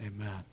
Amen